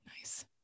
Nice